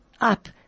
up